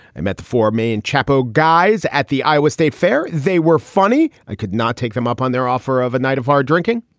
i met for me and chapo guys at the iowa state fair. they were funny. i could not take them up on their offer of a night of hard drinking.